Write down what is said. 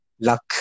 luck